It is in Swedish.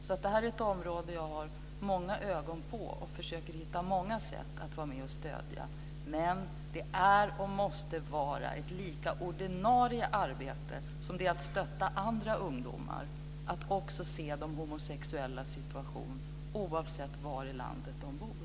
Jag har alltså ögonen på detta område och försöker hitta många sätt att bidra till att stödja, men att se de homosexuellas situation, oavsett var i landet de bor, är och måste vara ett lika ordinarie arbete som att stötta andra ungdomar.